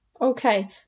Okay